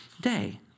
day